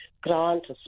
grants